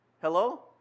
Hello